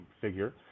figure